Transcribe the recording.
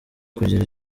kugira